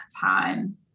time